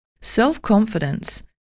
Self-confidence